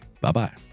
Bye-bye